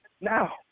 Now